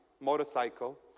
motorcycle